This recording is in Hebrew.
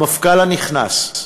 המפכ"ל הנכנס,